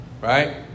Right